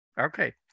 Okay